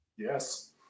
Yes